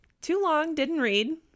Too-long-didn't-read